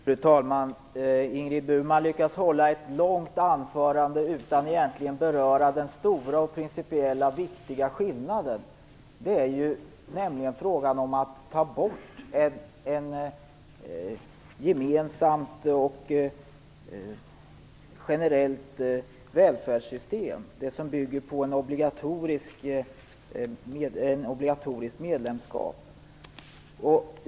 Fru talman! Ingrid Burman lyckas hålla ett långt anförande utan att egentligen beröra den stora och principiellt viktiga skillnaden, nämligen frågan om att ta bort ett gemensamt och generellt välfärdssystem som bygger på obligatoriskt medlemskap.